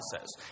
says